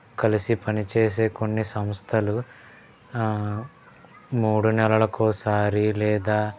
కలసి పని చేసే కొన్ని సంస్థలు మూడు నెలలకు ఒకసారి లేదా